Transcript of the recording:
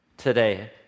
today